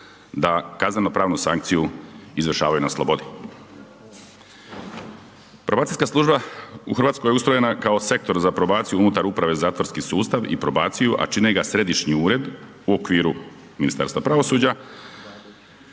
da kazneno-pravnu sankciju izvršavaju na slobodi. Probacijska služba u Hrvatskoj je ustrojena kao Sektor za probaciju unutar Uprave za zatvorski sustav i probaciju a čine ga središnji ured u okviru Ministarstva pravosuđa,